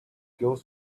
goes